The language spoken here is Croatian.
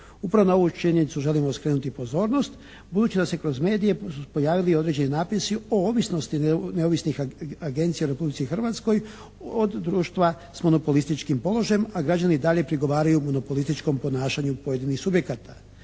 Upravo na ovu činjenicu želimo skrenuti pozornost budući da su se kroz medije pojavili određeni napisi o ovisnosti neovisnih agencija u Republici Hrvatskoj od društva s monopolističkim položajem, a građani i dalje prigovaraju monopolističkom ponašanju pojedinih subjekata.